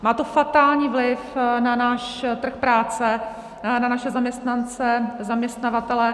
Má to fatální vliv na náš trh práce, na naše zaměstnance, zaměstnavatele.